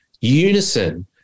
unison